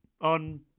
on